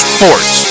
Sports